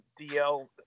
DL